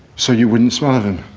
so you wouldn't smarten?